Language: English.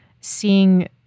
seeing